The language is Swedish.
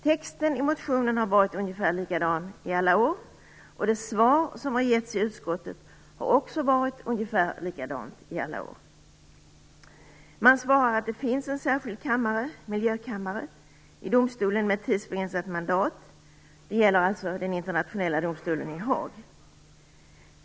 Texten i motionen har varit ungefär likadan i alla år, och det svar som getts i utskottet har också varit ungefär likadant i alla år. Man svarar att det finns en särskild miljökammare med ett tidsbegränsat mandat i den internationella domstolen i Haag.